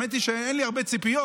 האמת היא שאין לי הרבה ציפיות,